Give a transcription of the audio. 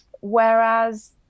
Whereas